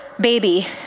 baby